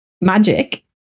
magic